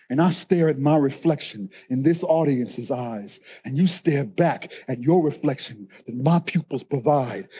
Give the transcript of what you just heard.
and i stare at my reflection in this audience's eyes and you stare back at your reflection that my pupil's provide,